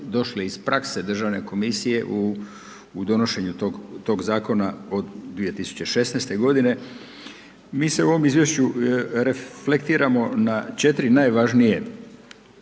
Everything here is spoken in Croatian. došle iz prakse državne komisije u donošenju tog zakona od 2016. godine. Mi se u ovom izvješću reflektiramo na 4 najvažnije